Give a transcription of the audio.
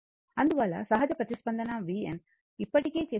అందువల్ల సహజ ప్రతిస్పందన vn ఇప్పటికే చేసిన సెక్షన్ 6